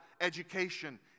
education